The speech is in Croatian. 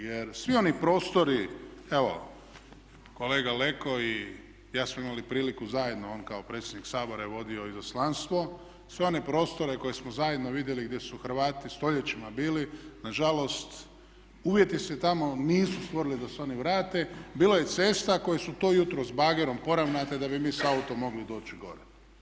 Jer svi oni prostori, evo kolega Leko i ja smo imali priliku zajedno, on kao predsjednik Sabora je vodio izaslanstvo sve one prostore koje smo zajedno vidjeli, gdje su Hrvati stoljećima bili nažalost uvjeti se tamo nisu stvorili da se oni vrate, bilo je cesta koje su to jutros bagerom poravnate da bi mi sa autom mogli doći gore.